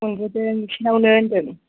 मोनबोदों बिसिनावनो होनदों